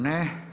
Ne.